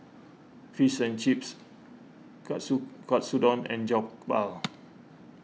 Fish and Chips Katsudon and Jokbal